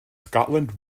scotland